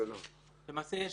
למעשה יש